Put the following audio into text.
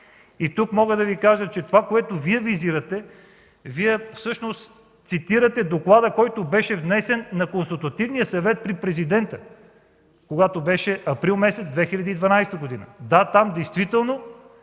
Тук мога да Ви кажа, че това, което Вие визирате – Вие всъщност цитирате Доклада, който беше внесен на Консултативния съвет при Президента, месец април 2012 г. Да, там действително